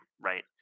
right